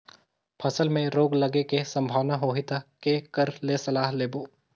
फसल मे रोग लगे के संभावना होही ता के कर ले सलाह लेबो?